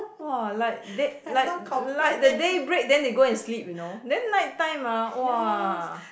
!wah! like day~ like like the daybreak then they go and sleep you know then night time ah !wah!